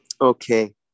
Okay